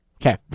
Okay